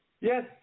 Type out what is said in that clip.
yes